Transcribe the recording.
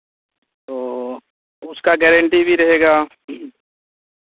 ओह उसका गैरेंटी भी रहेगा